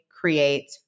create